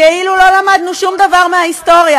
כאילו לא למדנו שום דבר מההיסטוריה,